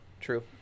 True